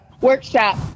workshop